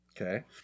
Okay